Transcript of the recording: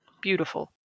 Beautiful